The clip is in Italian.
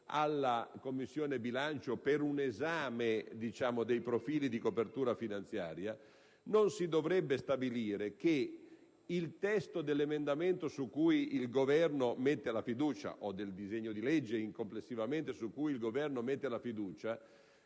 alla Commissione bilancio per un esame dei profili di copertura finanziaria, non si dovrebbe stabilire che il testo dell'emendamento o del disegno di legge complessivamente, su cui il Governo mette la fiducia,